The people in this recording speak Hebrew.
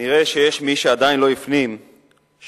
כנראה יש מי שעדיין לא הפנים שהגולן